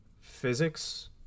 physics